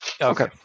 Okay